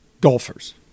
golfers